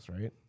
right